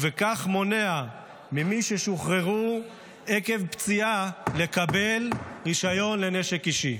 ובכך מונע ממי ששוחררו עקב פציעה לקבל רישיון לנשק אישי.